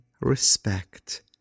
respect